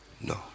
no